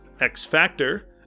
X-Factor